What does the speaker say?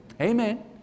Amen